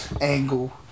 angle